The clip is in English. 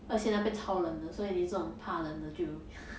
而且那边超冷的所以你这种怕冷的就